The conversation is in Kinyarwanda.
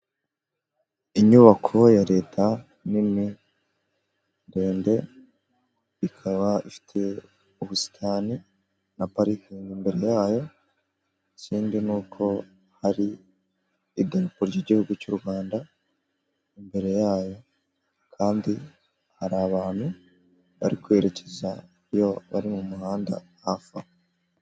Inyubako ya leta nini, ndende, ikaba ifite ubusitani na parikingi imbere yayo, ikindi ni uko hari idarapo ry'igihugu cy'u Rwanda, imbere yayo kandi hari abantu bari kwerekeza iyo bari mu muhanda hafi aho.